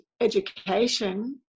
education